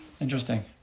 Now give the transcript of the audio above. Interesting